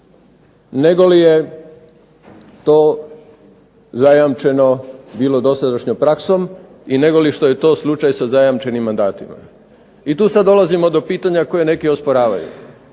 nego li je to zajamčeno bilo dosadašnjom praksom i nego li što je to slučaj sa zajamčenim mandatima. I tu sad dolazimo do pitanja koje neki osporavaju.